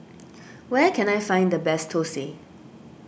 where can I find the best Thosai